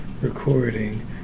recording